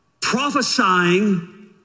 Prophesying